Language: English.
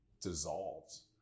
dissolves